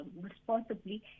responsibly